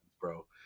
bro